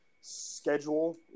schedule